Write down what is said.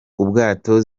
ubwato